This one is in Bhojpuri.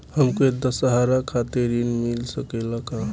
हमके दशहारा खातिर ऋण मिल सकेला का?